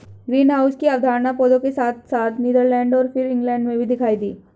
greenhouse की अवधारणा पौधों के साथ साथ नीदरलैंड और फिर इंग्लैंड में भी दिखाई दी